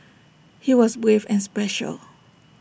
he was brave and special